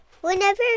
Whenever